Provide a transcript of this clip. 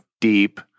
deep